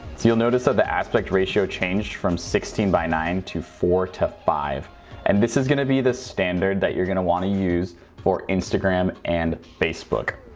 you'll notice that the aspect ratio changed from sixteen by nine to four to five and this is gonna be the standard that you're gonna want to use for instagram and facebook.